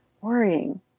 worrying